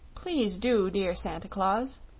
please do, dear santa claus,